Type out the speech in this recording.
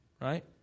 right